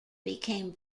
became